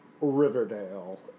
Riverdale